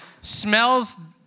Smells